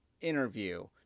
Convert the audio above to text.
interview